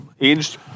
aged